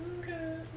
okay